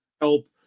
help